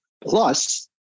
Plus